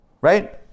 Right